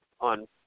on –